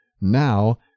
Now